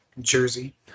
jersey